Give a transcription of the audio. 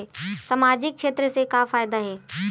सामजिक क्षेत्र से का फ़ायदा हे?